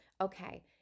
okay